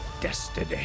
destiny